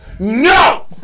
No